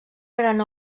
gran